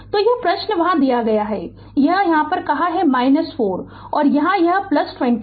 तो यह प्रश्न वहाँ दिया गया है कि यह कहाँ है 4 और यहाँ यह 24 है